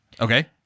Okay